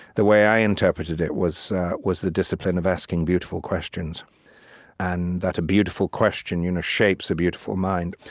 the way i interpreted it was was the discipline of asking beautiful questions and that a beautiful question you know shapes a beautiful mind.